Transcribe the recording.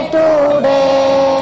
today